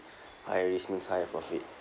high risk means higher profit